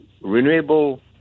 renewable